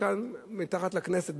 כאן מתחת לכנסת,